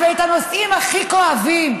ואת הנושאים הכי כואבים.